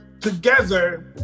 together